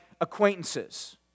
acquaintances